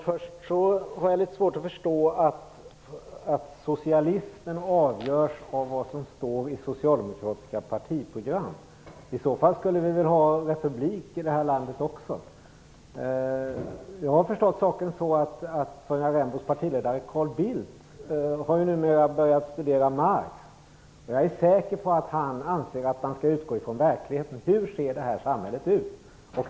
Herr talman! Jag har svårt att förstå att socialismen avgörs av vad som står i det socialdemokratiska partiprogrammet. I så fall skulle vi väl ha republik här i landet. Jag har förstått att Sonja Rembos partiledare, Carl Bildt, har börjat studera Marx. Han anser säkert att man skall utgå från verkligheten. Hur ser det här samhället ut?